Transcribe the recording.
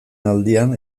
aldian